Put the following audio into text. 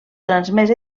transmès